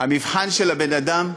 המבחן של בן-אדם,